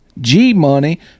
G-Money